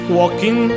walking